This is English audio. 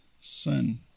son